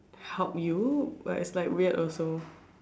help you but it's like weird also